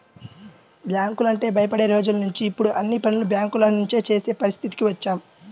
బ్యాంకులంటే భయపడే రోజులనుంచి ఇప్పుడు అన్ని పనులు బ్యేంకుల నుంచే చేసే పరిస్థితికి వచ్చాం